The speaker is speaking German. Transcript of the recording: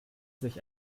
sich